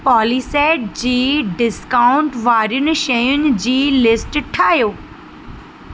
polyset जी discount वारियुनि शयुनि जी लिस्ट ठाहियो